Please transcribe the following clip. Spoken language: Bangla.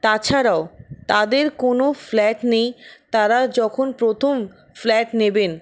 তাছাড়াও তাদের কোনো ফ্ল্যাট নেই তারা যখন প্রথম ফ্ল্যাট নেবেন